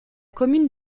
commune